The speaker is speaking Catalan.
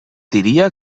diria